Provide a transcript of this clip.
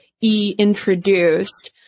e-introduced